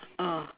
oh